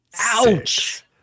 Ouch